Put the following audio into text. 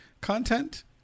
content